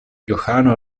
johano